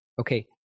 okay